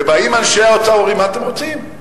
ובאים אנשי האוצר ואומרים: מה אתם רוצים,